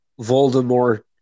Voldemort